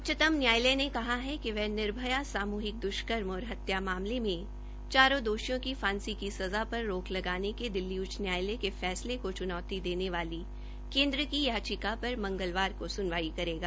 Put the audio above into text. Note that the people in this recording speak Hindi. उच्चतम न्यायालय ने कहा है कि वह निर्भय सामूहिक द्वष्कर्म और हत्या मामले में चारो दोषियों की फांसी की सजा पर रोक लगाने के की दिल्ली उच्च न्यायालय के फैसले को चूनौती देने वाली केन्द्र की याचिका पर मंगलवार को सुनवाई करेगा